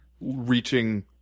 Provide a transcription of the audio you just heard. reaching